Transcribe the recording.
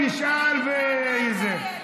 תשאל וזה.